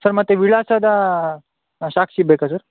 sir ಮತ್ತು ವಿಳಾಸದ ಸಾಕ್ಷಿ ಬೇಕಾ ಸರ್